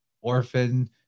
orphan